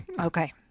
Okay